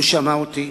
הוא שמע אותי